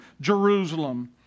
Jerusalem